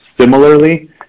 similarly